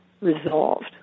resolved